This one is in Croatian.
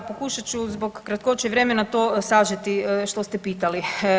Da, pokušat ću zbog kratkoće vremena to sažeti što ste pitali.